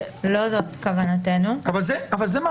אנחנו לא מתכוונים באחת להעביר את כל